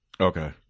Okay